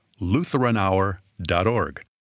LutheranHour.org